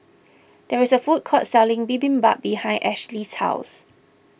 there is a food court selling Bibimbap behind Ashli's house